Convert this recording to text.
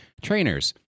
Trainers